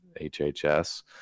HHS